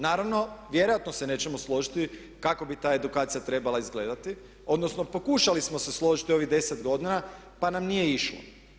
Naravno vjerojatno se nećemo složiti kako bi ta edukacija trebala izgledati, odnosno pokušali smo se složiti u ovih 10 godina pa nam nije išlo.